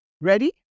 Ready